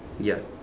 ya